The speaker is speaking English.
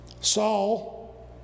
Saul